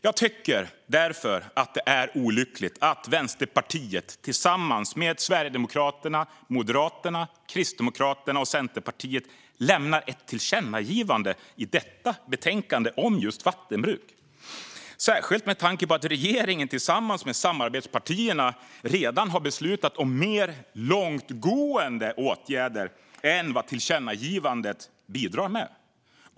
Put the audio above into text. Jag tycker därför att det är olyckligt att Vänsterpartiet tillsammans med Sverigedemokraterna, Moderaterna, Kristdemokraterna och Centerpartiet lämnar ett tillkännagivande i detta betänkande om just vattenbruk, särskilt med tanke på att regeringen tillsammans med samarbetspartierna redan har beslutat om mer långtgående åtgärder än vad tillkännagivandet bidrar med.